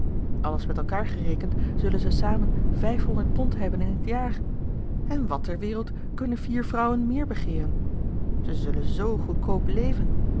alles met elkaar gerekend zullen ze samen vijfhonderd pond hebben in t jaar en wat ter wereld kunnen vier vrouwen meer begeeren ze zullen zoo goedkoop leven